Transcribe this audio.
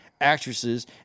actresses